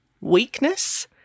weakness